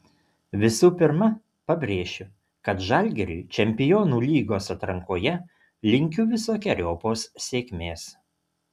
visų pirma pabrėšiu kad žalgiriui čempionų lygos atrankoje linkiu visokeriopos sėkmės